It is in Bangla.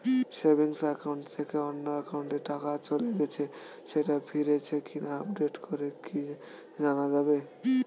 সেভিংস একাউন্ট থেকে অন্য একাউন্টে টাকা চলে গেছে সেটা ফিরেছে কিনা আপডেট করে কি জানা যাবে?